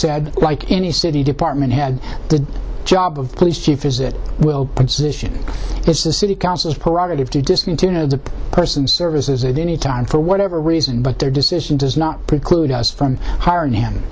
said like any city department had the job of police chief is it will position is the city council's privative to discontinue the person services at any time for whatever reason but their decision does not preclude us from hiring h